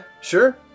sure